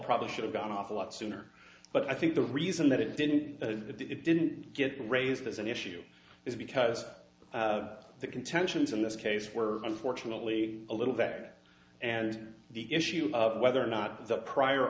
probably should've gone off a lot sooner but i think the reason that it didn't it didn't get raised as an issue is because the contentions in this case were unfortunately a little that and the issue of whether or not the prior